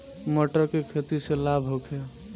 मटर के खेती से लाभ होखे?